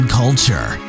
culture